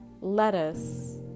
lettuce